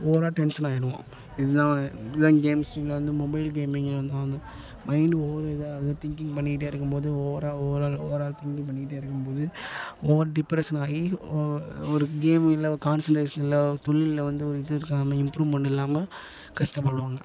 ஓவராக டென்சன் ஆகிடுவோம் இது தான் அவன் இது தான் கேம்ல வந்து மொபைல் கேமிங்கில் வந்து வந்து மைண்டு ஓவர் இதாக ஏதோ திங்கிங் பண்ணிக்கிட்டே இருக்கும் போது ஓவராக ஓவரால் ஓவரால் திங்கிங் பண்ணிக்கிட்டே இருக்கும் போது ஓவர் டிப்ரஸென் ஆகி ஒரு ஒரு கேம் இல்லை கான்சண்ட்ரேஷனில் இல்லை ஒரு தொழில்ல வந்து ஒரு இது இருக்காமல் இம்ப்ரூவ்மெண்ட் இல்லாமல் கஷ்டப்படுவாங்க